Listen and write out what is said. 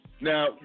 Now